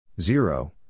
zero